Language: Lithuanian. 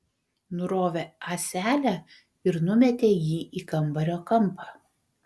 nurovė ąselę ir numetė jį į kambario kampą